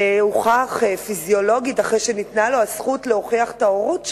זה הוכח פיזיולוגית אחרי שניתנה לו הזכות להוכיח את ההורות שלו.